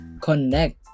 connect